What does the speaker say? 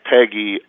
Peggy